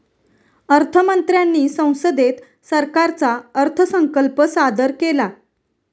अर्थ मंत्र्यांनी संसदेत सरकारचा अर्थसंकल्प सादर केला